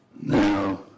Now